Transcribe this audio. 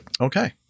Okay